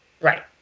Right